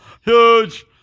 Huge